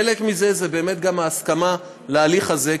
חלק מזה זה ההסכמה להליך הזה,